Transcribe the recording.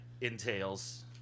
entails